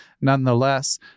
nonetheless